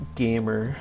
gamer